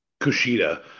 Kushida